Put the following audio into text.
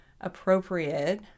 appropriate